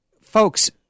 folks